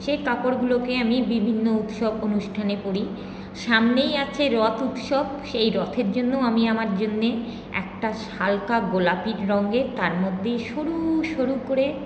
সে কাপড়গুলোকে আমি বিভিন্ন উৎসব অনুষ্ঠানে পরি সামনেই আছে রথ উৎসব সেই রথের জন্য আমি আমার জন্যে একটা হালকা গোলাপি রঙের তার মধ্যে সরু সরু করে